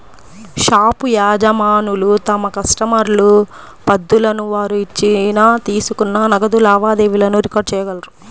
shop యజమానులు తమ కస్టమర్ల పద్దులను, వారు ఇచ్చిన, తీసుకున్న నగదు లావాదేవీలను రికార్డ్ చేయగలరు